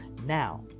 Now